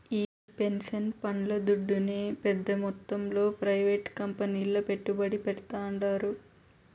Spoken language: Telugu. ఈ పెన్సన్ పండ్లు దుడ్డునే పెద్ద మొత్తంలో ప్రైవేట్ కంపెనీల్ల పెట్టుబడి పెడ్తాండారు